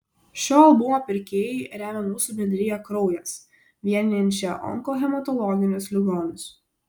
šio albumo pirkėjai remia mūsų bendriją kraujas vienijančią onkohematologinius ligonius